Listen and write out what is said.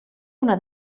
una